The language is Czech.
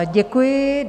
Děkuji.